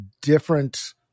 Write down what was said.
different